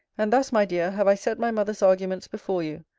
and thus, my dear, have i set my mother's arguments before you.